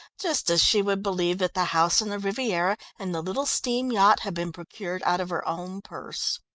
just as she would believe that the house on the riviera and the little steam-yacht had been procured out of her own purse.